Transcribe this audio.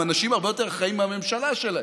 הם אנשים הרבה יותר אחראים מהממשלה שלהם,